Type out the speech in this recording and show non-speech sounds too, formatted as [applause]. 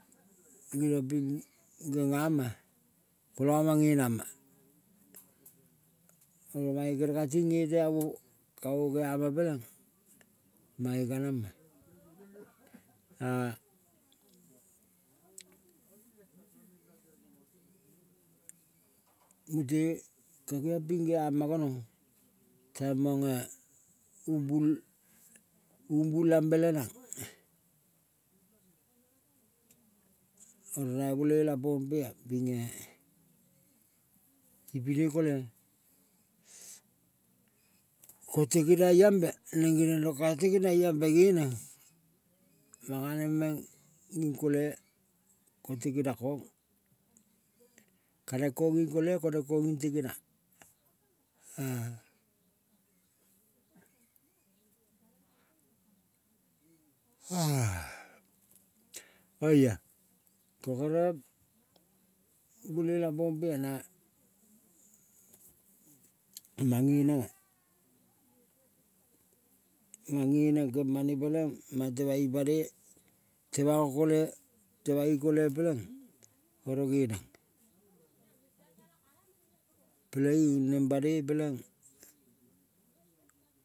Geniong ping gengama kola mange nama, oro mae kere kating ngoto amo kamo geama peleng mae kanama a mute ka geong ping geama gonong tai mange umbul kole ko. Tegenai ambe neng geniong rong ka tengenaiambe geneng manga neng meng nging kole ko. Tegema kong, ka neng kong nge kole ko neng kong nging tegena. [hesitation] oia ko kere bolela pompea na mang geneng-a. Mang geneng kemane peleng, mang temang ipane, temang okole, temang i kole peleng oro geneng, peleing neng banoi peleng.